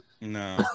No